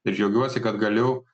ir džiaugiuosi kad galiu